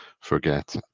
forget